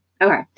Okay